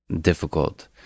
difficult